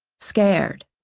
scared.